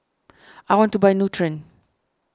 I want to buy Nutren